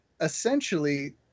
essentially